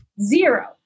zero